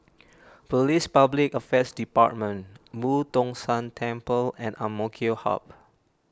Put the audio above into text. Police Public Affairs Department Boo Tong San Temple and Ang Mo Kio Hub